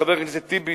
חבר הכנסת טיבי,